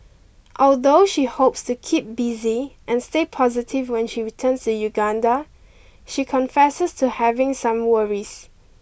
although she hopes to keep busy and stay positive when she returns to Uganda she confesses to having some worries